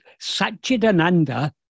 Satchidananda